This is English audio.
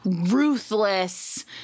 ruthless